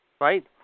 right